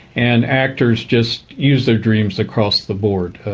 and actors just used their dreams across the board.